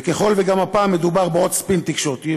וככל שגם הפעם מדובר בעוד ספין תקשורתי,